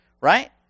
right